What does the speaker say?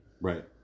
Right